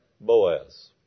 Boaz